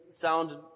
sound